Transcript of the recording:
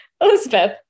Elizabeth